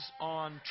on